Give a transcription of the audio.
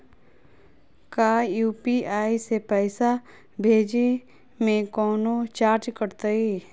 का यू.पी.आई से पैसा भेजे में कौनो चार्ज कटतई?